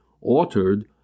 altered